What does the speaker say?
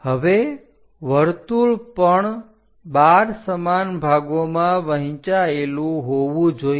હવે વર્તુળ પણ 12 સમાન ભાગોમાં વહેંચાયેલું હોવું જોઈએ